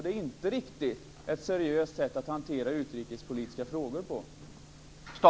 Det är inte riktigt ett seriöst sätt att hantera utrikespolitiska frågor på.